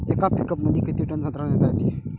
येका पिकअपमंदी किती टन संत्रा नेता येते?